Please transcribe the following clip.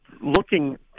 looking